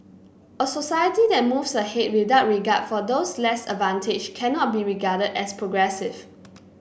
a society that moves ahead without regard for those less advantaged cannot be regarded as progressive